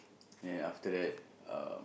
and after that um